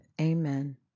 Amen